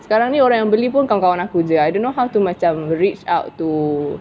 sekarang ni orang yang beli pun kawan-kawan aku jer I don't know how to macam reach out to